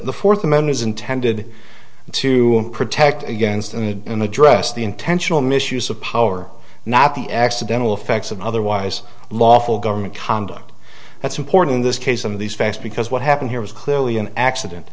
the fourth amendment is intended to protect against and in the dress the intentional misuse of power not the accidental effects of otherwise lawful government conduct that's important in this case of these facts because what happened here was clearly an accident